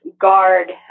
guard